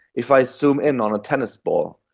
if i zoom in on a tennis ball,